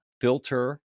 filter